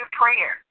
prayer